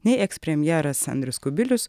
nei ekspremjeras andrius kubilius